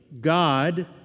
God